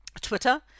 Twitter